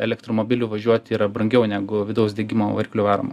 elektromobiliu važiuot yra brangiau negu vidaus degimo varikliu varomu